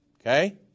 Okay